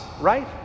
right